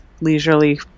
leisurely